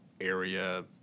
area